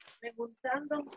Preguntando